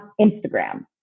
Instagram